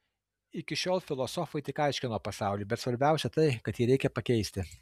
iki šiol filosofai tik aiškino pasaulį bet svarbiausia tai kad jį reikia pakeisti